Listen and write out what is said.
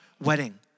wedding